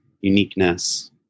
uniqueness